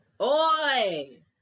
Oi